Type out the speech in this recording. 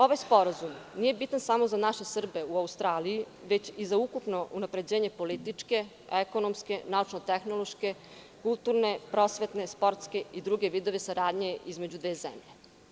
Ovaj sporazum nije bitan samo za naše Srbe u Australiji, već i za ukupno unapređenje političke, ekonomske, naučno-tehnološke, kulturne, prosvetne, sportske i druge vidove saradnje između dve zemlje.